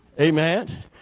Amen